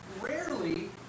rarely